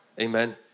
Amen